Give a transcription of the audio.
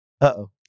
Uh-oh